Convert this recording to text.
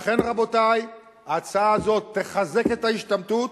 לכן, רבותי, ההצעה הזאת תחזק את ההשתמטות,